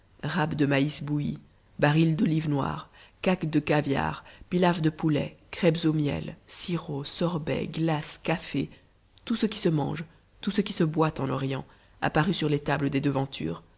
râpes de maïs bouilli barils d'olives noires caques de caviar pilaws de poulet crêpes au miel sirops sorbets glaces café tout ce qui se mange tout ce qui se boit en orient apparut sur les tables des devantures